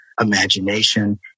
Imagination